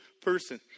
person